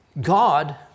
God